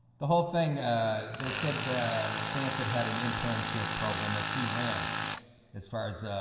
the whole thing that said the stanford had an internship program that she ran as far as